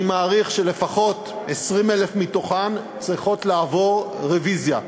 אני מעריך שלפחות 20,000 מתוכן צריכות לעבור רוויזיה.